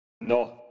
No